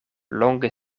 longe